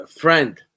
friend